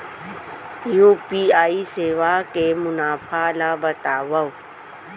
UPI सेवा के मुनाफा ल बतावव?